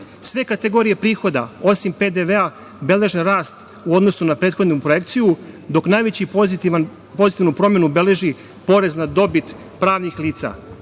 Sve kategorije prihoda, osim PDV-a beleže, rast u odnosu na prethodnu projekciju, dok najveću pozitivnu promenu beleži porez na dobit pravnih lica. Što